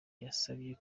yasabye